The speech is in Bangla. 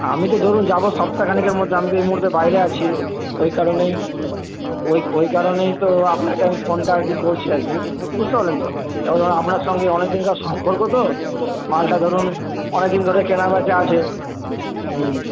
আমি তো ধরুন যাব সপ্তাহখানেকের মধ্যে আমি তো এই মুহুর্তে বাইরে আছি ওই কারণেই ওই ওই কারণেই তো আপনাকে আমি ফোনটা আর কি করছি আর কি বুঝতে পারলেন তো এবং আপনার সঙ্গে অনেক দিনকার সম্পর্ক তো মালটা ধরুন অনেকদিন ধরে কেনা বেচা আছে হুম